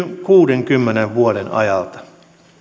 kuudenkymmenen vuoden ajalta